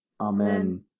Amen